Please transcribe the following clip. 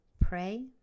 pray